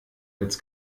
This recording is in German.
als